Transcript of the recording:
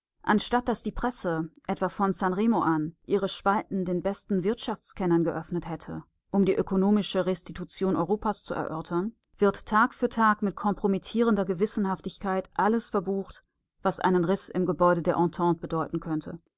anstatt daß die presse etwa von san remo an ihre spalten den besten wirtschaftskennern geöffnet hätte um die ökonomische restitution europas zu erörtern wird tag für tag mit kompromittierender gewissenhaftigkeit alles verbucht was einen riß im gebäude der entente bedeuten könnte